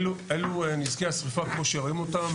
אלו נזקי השריפה כפי שאתם רואים כאן,